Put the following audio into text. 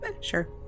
Sure